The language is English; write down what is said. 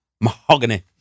Mahogany